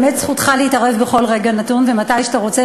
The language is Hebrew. באמת זכותך להתערב בכל רגע נתון ומתי שאתה רוצה,